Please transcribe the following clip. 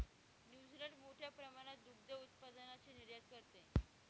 New Zealand मोठ्या प्रमाणात दुग्ध उत्पादनाची निर्यात करते